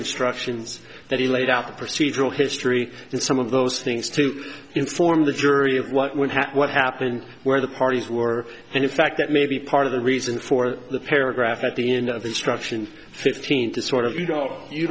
instructions that he laid out the procedural history in some of those things to inform the jury of what would happen what happened where the parties were and in fact that may be part of the reason for the paragraph at the end of the instruction fifteen to sort of you know you